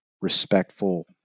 respectful